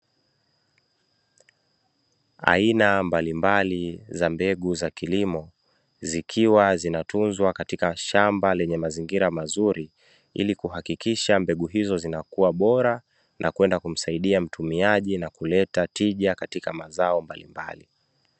Aina mbalimbali za mbegu za kilimo zikiwa zinatunzwa katika shamba lenye mazingira mazuri, ili kuhakikisha mbegu hizo zinakuwa bora, na kwenda kumsaidia mtumiaji na kuleta tija katika mazao mbalimbali.